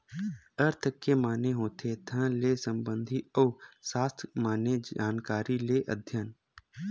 अर्थ के माने होथे धन ले संबंधित अउ सास्त्र माने जानकारी ते अध्ययन